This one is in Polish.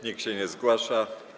Nikt się nie zgłasza.